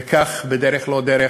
וכך, בדרך-לא-דרך,